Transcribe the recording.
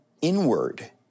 inward